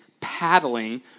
paddling